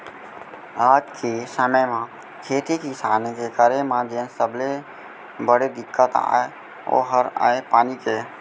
आज के समे म खेती किसानी के करे म जेन सबले बड़े दिक्कत अय ओ हर अय पानी के